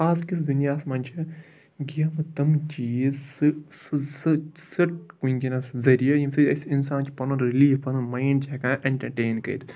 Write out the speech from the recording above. آزکِس دُنیاہَس منٛز چھِ گیمہٕ تِم چیٖز سُہ سُہ سُہ سُہ وٕنکٮ۪نَس ذٔریعہِ ییٚمہِ سۭتۍ أسۍ اِنسان چھِ پَںُن رِلیٖف پَنُن ماینٛڈ چھِ ہٮ۪کان اٮ۪نٹَرٹین کٔرِتھ